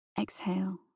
exhale